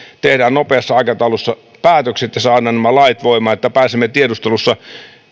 tehdään nopeassa aikataulussa päätökset ja saadaan nämä lait voimaan että pääsemme tiedustelussa